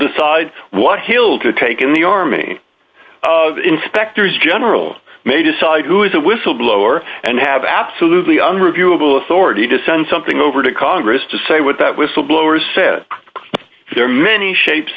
decide what hill to take in the army of inspectors general may decide who is a whistleblower and have absolutely unreviewable authority to send something over to congress to say what that whistleblowers said there are many shapes